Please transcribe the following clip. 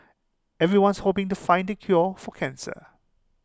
everyone's hoping to find the cure for cancer